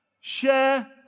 Share